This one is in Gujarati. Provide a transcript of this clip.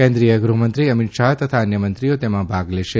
કેન્દ્રીય ગૃહમંત્રીશ્રી અમીત શાહ તથા અન્ય મંત્રીઓ તેમાં ભાગ લેશે